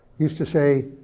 used to say,